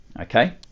okay